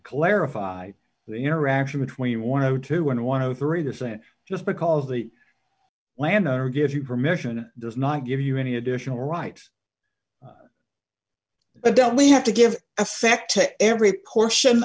clarify the interaction between one of two and one of the three dissent just because the landowner gives you permission does not give you any additional rights but don't we have to give effect to every portion